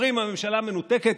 אומרים שהממשלה מנותקת,